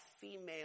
female